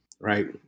right